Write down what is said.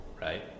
right